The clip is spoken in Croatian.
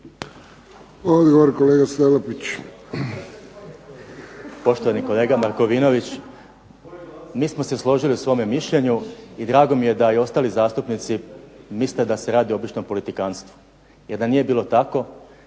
Odgovor kolega Salapić.